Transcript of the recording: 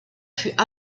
fut